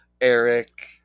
Eric